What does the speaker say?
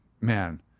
man